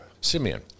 Simeon